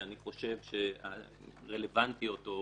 שאני חושב שרלוונטיות או